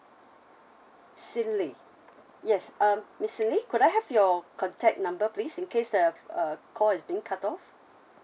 xin li yes um miss xin li could I have your contact number please in case the uh call is being cut off